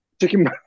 Chicken